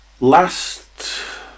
last